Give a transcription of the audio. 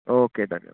okay